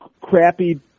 crappy